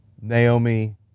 naomi